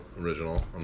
original